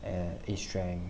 and its strength